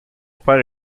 père